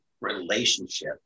relationship